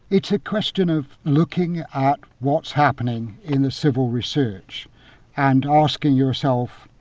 it's a question of looking at what's happening in the civil research and asking yourself,